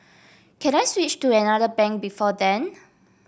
can I switch to another bank before then